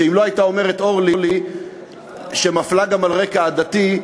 שאם לא הייתה אומרת אורלי שהיא גם מפלה על רקע עדתי,